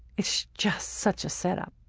it's just such a setup.